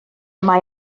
mae